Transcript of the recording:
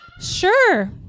Sure